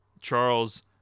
Charles